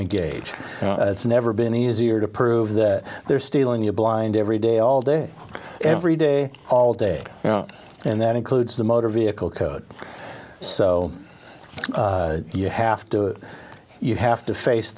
engage it's never been easier to prove that they're stealing you blind every day all day every day all day and that includes the motor vehicle code so you have to you have to face